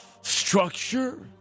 structure